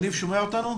תודה.